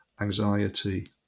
anxiety